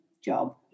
job